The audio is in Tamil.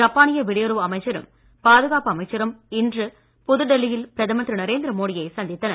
ஜப்பானிய வெளியுறவு அமைச்சரும் பாதுகாப்பு அமைச்சரும் இன்று புதுடெல்லியில் பிரதமர் திரு நரேந்திர மோடியை சந்தித்தனர்